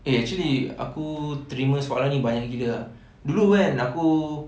eh actually aku terima soalan ni banyak gila ah dulu kan aku